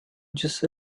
just